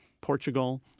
Portugal